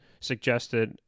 Suggested